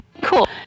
cool